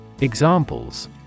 Examples